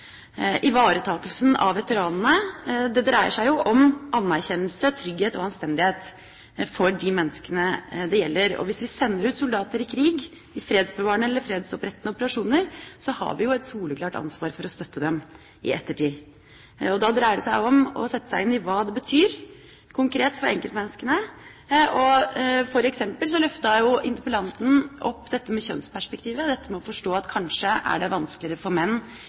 gjelder. Hvis vi sender ut soldater i krig, i fredsbevarende eller fredsopprettende operasjoner, har vi et soleklart ansvar for å støtte dem i ettertid. Da dreier det seg om å sette seg inn i hva det betyr konkret for enkeltmenneskene. For eksempel løftet interpellanten fram dette med kjønnsperspektivet, dette med å forstå at det kanskje er vanskeligere for menn